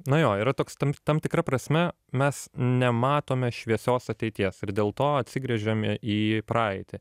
na jo yra toks tam tam tikra prasme mes nematome šviesios ateities ir dėl to atsigręžiame į praeitį